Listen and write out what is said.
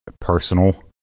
personal